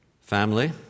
Family